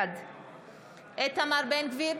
בעד איתמר בן גביר,